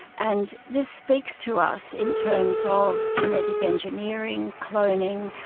and this speaks to us in terms ah of genetic engineering, cloning,